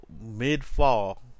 mid-fall